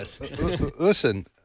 listen